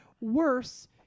worse